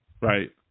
Right